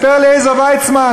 סיפר לי עזר ויצמן,